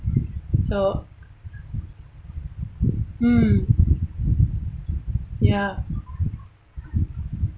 so mm ya